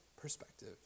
perspective